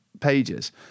pages